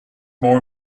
more